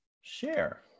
share